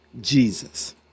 Jesus